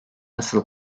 asıl